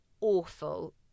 awful